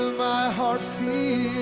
my heart feel?